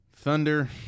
Thunder